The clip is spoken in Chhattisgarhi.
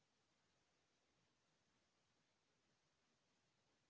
गन्ना के फसल कोन से मौसम म बने होथे?